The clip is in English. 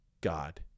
God